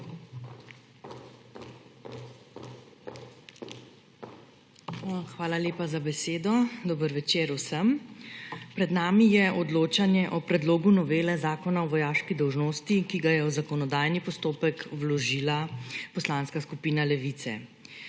Hvala lepa za besedo. Dober večer vsem! Pred nami je odločanje o predlogu novele Zakona o vojaški dolžnosti, ki ga je v zakonodajni postopek vložila Poslanska skupina Levica.